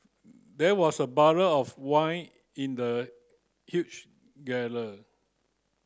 there was a barrel of wine in the huge